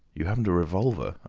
you haven't a revolver?